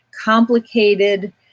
complicated